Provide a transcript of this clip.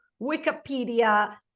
Wikipedia